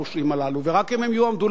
ורק אם הם ייחשפו פומבית,